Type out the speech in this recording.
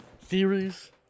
theories